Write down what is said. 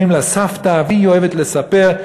שבאים לסבתא והיא אוהבת לספר,